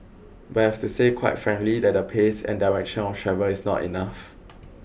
but I have to say quite frankly that the pace and direction of travel is not enough